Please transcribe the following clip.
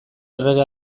errege